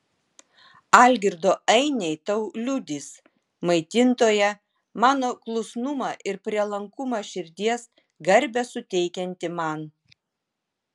algirdo ainiai tau liudys maitintoja mano klusnumą ir prielankumą širdies garbę suteikiantį man